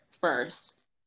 first